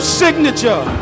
signature